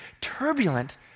turbulent